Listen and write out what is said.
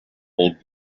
old